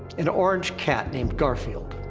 an orange cat named garfield.